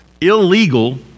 illegal